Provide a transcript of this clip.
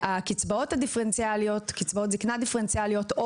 קצבאות זקנה דיפרנציאליות,